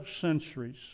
centuries